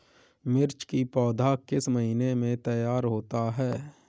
मिर्च की पौधा किस महीने में तैयार होता है?